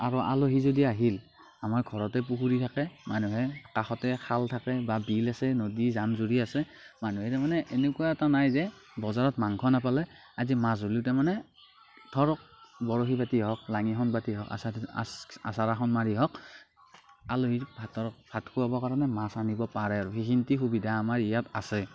আৰু আলহী যদি আহিল আমাৰ ঘৰতে পুখুৰী থাকে মানুহে কাষতে খাল থাকে বা বিল আছে নদী জান জুৰি আছে মানুহে তাৰমানে এনেকুৱা এটা নাই যে বজাৰত মাংস নাপালে আজি মাছ হ'লেও তাৰমানে ধৰক বৰশী পাতি হওঁক লাঙী এখন পাতি হওঁক আচ আচ আচাৰাখন মাৰি হওঁক আলহীক ভাত খোৱাবৰ কাৰণে মাছ আনিব পাৰে আৰু সেইখিনি সুবিধা আমাৰ ইয়াত আছে